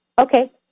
Okay